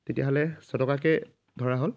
তেতিয়াহ'লে ছয় টকাকৈ ধৰা হ'ল